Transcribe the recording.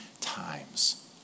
times